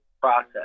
process